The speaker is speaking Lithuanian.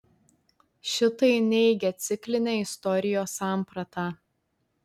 šitai neigia ciklinę istorijos sampratą